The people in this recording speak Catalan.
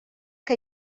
que